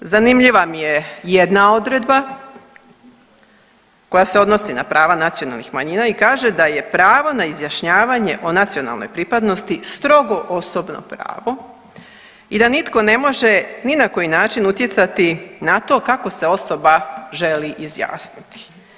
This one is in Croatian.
Zanimljiva mi je jedna odredba koja se odnosi na prava nacionalnih manjina i kaže da je pravo na izjašnjavanje o nacionalnoj pripadnosti strogo osobno pravo i da nitko ne može ni na koji način utjecati na to kako se osoba želi izjasniti.